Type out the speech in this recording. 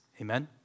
Amen